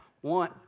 one